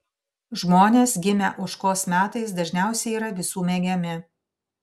žmonės gimę ožkos metais dažniausiai yra visų mėgiami